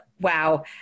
wow